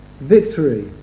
victory